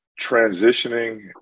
transitioning